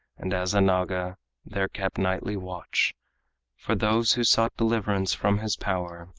and as a naga there kept nightly watch for those who sought deliverance from his power,